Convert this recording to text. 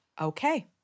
Okay